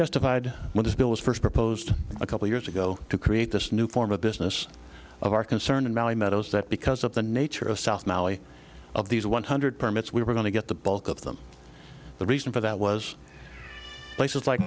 testified with this bill was first proposed a couple years ago to create this new form of business of our concern and valley meadows that because of the nature of south mali of these one hundred permits we were going to get the bulk of them the reason for that was places like